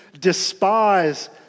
despise